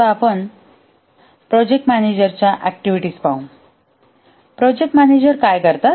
आता आपण प्रोजेक्ट मॅनेजरच्या ऍक्टिव्हिटीज पाहू प्रोजेक्ट मॅनेजर काय करतात